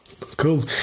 Cool